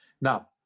Now